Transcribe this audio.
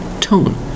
tone